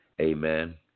Amen